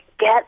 get